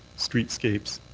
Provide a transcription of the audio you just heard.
streetscapes.